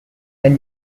new